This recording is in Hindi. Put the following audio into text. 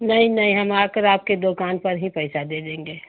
नहीं नहीं हम आकर आपके दुकान पर ही पैसा दे देंगे